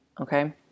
Okay